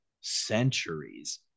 centuries